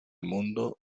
mundo